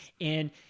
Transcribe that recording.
And-